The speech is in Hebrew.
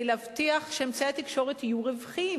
להבטיח שאמצעי התקשורת יהיו רווחיים?